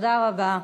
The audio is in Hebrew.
תודה רבה.